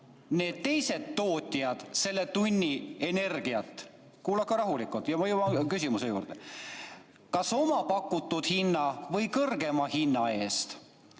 need teised tootjad selle tunni energiat? Kuulake rahulikult, juba jõuan küsimuse juurde. Kas oma pakutud hinna või kõrgema hinna eest?